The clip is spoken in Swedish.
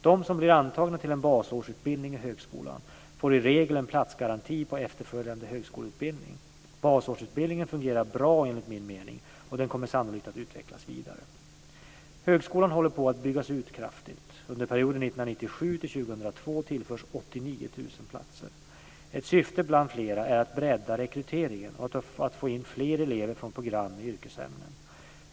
De som blir antagna till en basårsutbildning i högskolan får i regel en platsgaranti på efterföljande högskoleutbildning. Basårsutbildningen fungerar bra enligt min mening, och den kommer sannolikt att utvecklas vidare. Högskolan håller på att byggas ut kraftigt. Under perioden 1997-2002 tillförs 89 000 platser. Ett syfte bland flera är att bredda rekryteringen och att få in fler elever från program med yrkesämnen.